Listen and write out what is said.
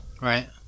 Right